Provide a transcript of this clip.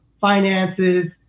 finances